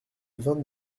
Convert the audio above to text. vingt